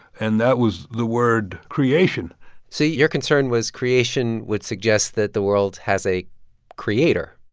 and that was the word creation so your concern was creation would suggest that the world has a creator